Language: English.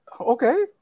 okay